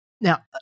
Now